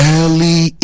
Early